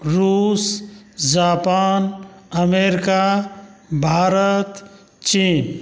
रूस Japan America Bharat चीन